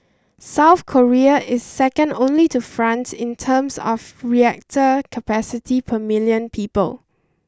South Korea is second only to France in terms of reactor capacity per million people